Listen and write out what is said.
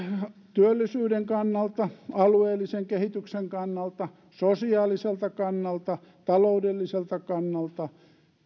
työllisyyden kannalta alueellisen kehityksen kannalta sosiaaliselta kannalta ja taloudelliselta kannalta